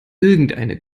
irgendeine